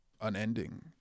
unending